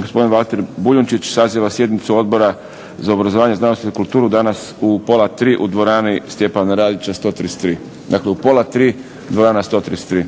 gospodin Valter Boljunčić saziva sjednicu Odbora za obrazovanje, znanost i kulturu danas u 14,30 u dvorani Stjepana Radića 133, dakle u 14,30, dvorana 133.